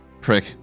prick